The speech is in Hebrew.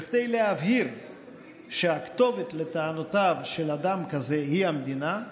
וכדי להבהיר שהכתובת לטענותיו של אדם כזה היא המדינה,